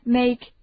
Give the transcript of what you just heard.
make